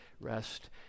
rest